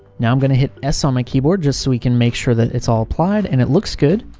now i'm going to hit s on my keyboard just so we can make sure that it's all applied and it looks good.